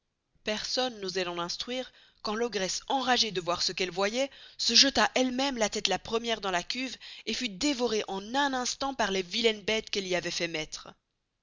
personne n'osoit l'en instruire quand l'ogresse enragée de voir ce qu'elle voyoit se jeta elle mesme la teste la premiere dans la cuve et fut devorée en un instant par les vilaines bestes qu'elle y avoit fait